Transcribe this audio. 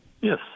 Yes